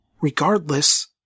Regardless